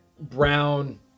Brown